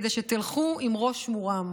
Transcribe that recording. כדי שתלכו עם ראש מורם.